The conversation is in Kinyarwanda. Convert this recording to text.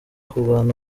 kurwana